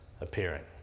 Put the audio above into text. appearing